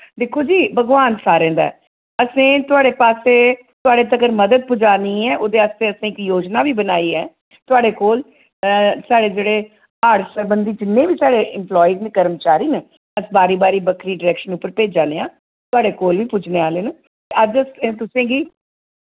दिक्खो जी भगवान सारें दा ऐ असें थोआढ़े पास्सै थोआढ़े तगर मदद पजानी ऐ उ'दे आस्तै असें इक योजना बी बनाई ऐ थोआढ़े कोल साढ़े जेह्ड़े हाड़ सरबंधी जिन्ने साढ़े इम्प्लाई न कर्मचारी न अस बारी बारी बक्खरी डरैक्शन उप्पर भेजा ने आं थोआ ढ़े कोल बी पुज्जने आह्ले न अज्ज अस तुसें गी